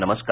नमस्कार